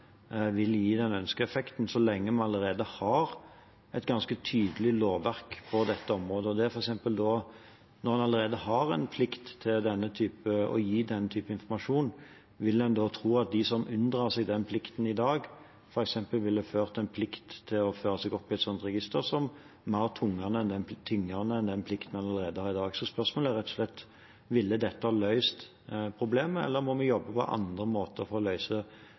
vil gi den ønskede effekten så lenge vi allerede har et ganske tydelig lovverk på dette området. Når en allerede har en plikt til å gi denne typen informasjon, tror en da at de som i dag unndrar seg den plikten, ville følt plikten til å føre seg opp i f.eks. et slikt register som mer tyngende enn den plikten en allerede i dag har? Så spørsmålet er rett og slett: Ville dette ha løst problemet, eller må vi jobbe på andre måter for å